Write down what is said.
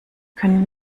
können